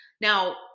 now